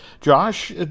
Josh